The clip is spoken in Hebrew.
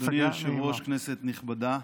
אדוני היושב-ראש, כנסת נכבדה,